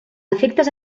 efectes